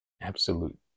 absolute